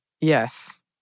Yes